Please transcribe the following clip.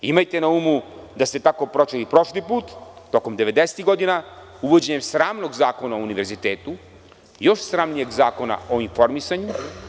Imajte na umu da ste tako prošli prošli put, tokom devedesetih godina, uvođenjem sramnog zakona o univerzitetu i još sramnijeg zakona o informisanju.